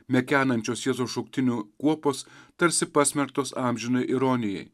mekenančios jėzaus šauktinių kuopos tarsi pasmerktos amžinai ironijai